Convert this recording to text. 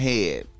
Head